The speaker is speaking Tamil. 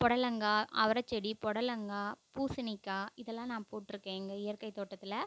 புடலங்கா அவரைச்செடி புடலங்கா பூசணிக்காய் இதெல்லாம் நான் போட்டிருக்கேன் இங்கே இயற்கை தோட்டத்தில்